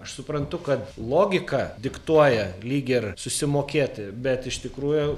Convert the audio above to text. aš suprantu kad logika diktuoja lyg ir susimokėti bet iš tikrųjų